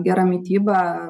gera mityba